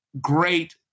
great